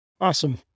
Awesome